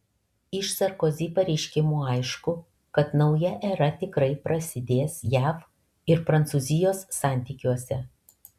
iš sarkozi pareiškimų aišku kad nauja era tikrai prasidės jav ir prancūzijos santykiuose